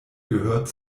gehört